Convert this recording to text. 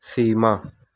سیما